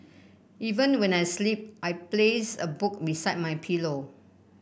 even when I sleep I place a book beside my pillow